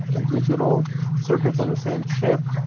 and digital circuits on the same chip,